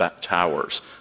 towers